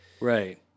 Right